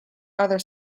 other